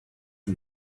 and